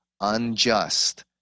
unjust